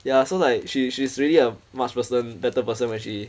ya so like she she's really a much person better person when she